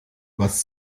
was